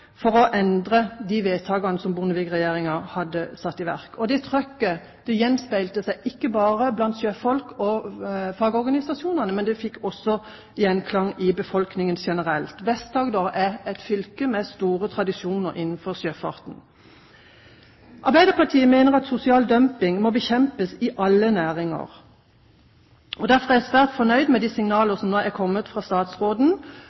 for å endre de vedtakene som Bondevik-regjeringen hadde satt i verk. Og det «trøkket» gjenspeilte seg ikke bare blant sjøfolk og fagorganisasjonene, det vant også gjenklang i befolkningen generelt. Vest-Agder er et fylke med store tradisjoner innenfor sjøfarten. Arbeiderpartiet mener at sosial dumping må bekjempes i alle næringer. Derfor er jeg svært fornøyd med de signaler som nå er kommet fra statsråden.